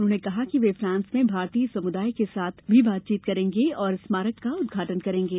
उन्होने कहा कि वे फांस में भारतीय समुदाय के साथ भी बातचीत करेंगें और एक स्मारक का उदघाटन करेंगे